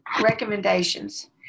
recommendations